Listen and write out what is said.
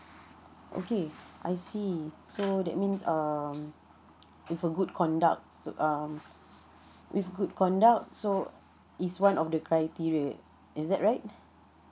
okay I see so that means um with a good conduct um with good conduct so is one of the criteria is that right